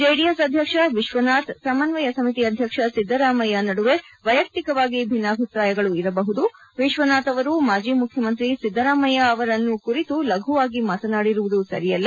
JDS ಅಧ್ಯಕ್ಷ ವಿಶ್ವನಾಥ್ ಸಮಸ್ವಯ ಸಮಿತಿ ಅಧ್ಯಕ್ಷ ಸಿದ್ದರಾಮಯ್ಯ ನಡುವೆ ವೈಯಕ್ತಿಕವಾಗಿ ಬಿನ್ನಭಿಪ್ರಾಯಗಳು ಇರಬಹುದು ವಿಶ್ವನಾಥ್ ಅವರು ಮಾಜಿ ಮುಖ್ಯಮಂತ್ರಿ ಸಿದ್ದರಾಮಯ್ಯ ಅವರನ್ನು ಕುರಿತು ಲಘವಾಗಿ ಮಾತನಾಡಿರುವುದು ಸರಿಯಲ್ಲ